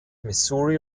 missouri